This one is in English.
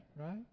right